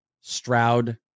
Stroud